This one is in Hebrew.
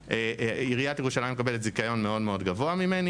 עיריית ירושלים מקבלת זיכיון מאוד-מאוד גבוה ממני